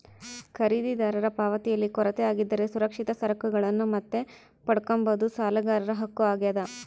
ಖರೀದಿದಾರರ ಪಾವತಿಯಲ್ಲಿ ಕೊರತೆ ಆಗಿದ್ದರೆ ಸುರಕ್ಷಿತ ಸರಕುಗಳನ್ನು ಮತ್ತೆ ಪಡ್ಕಂಬದು ಸಾಲಗಾರರ ಹಕ್ಕು ಆಗ್ಯಾದ